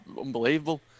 unbelievable